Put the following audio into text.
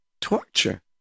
torture